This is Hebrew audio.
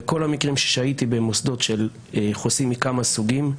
בכל המקרים שהייתי במוסדות של חוסים מכמה סוגים,